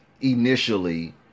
initially